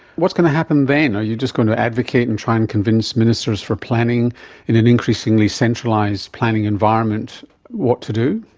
what's going to happen then? are you just going to advocate and try and convince ministers for planning in an increasingly centralised planning environment what to do?